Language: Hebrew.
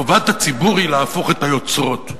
טובת הציבור היא להפוך את היוצרות.